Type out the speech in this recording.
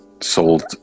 sold